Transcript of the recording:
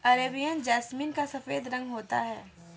Arabian jasmine का रंग सफेद होता है